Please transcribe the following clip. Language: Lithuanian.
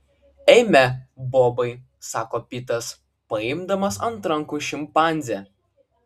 eime bobai sako pitas paimdamas ant rankų šimpanzę